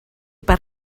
per